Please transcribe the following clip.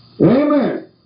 Amen